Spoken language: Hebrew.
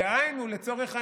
דהיינו, לצורך העניין,